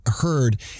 heard